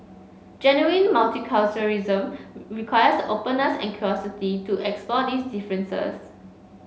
genuine multiculturalism requires openness and curiosity to explore these differences